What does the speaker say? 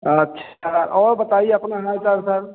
अच्छा और बताईए अपना हाल चाल सर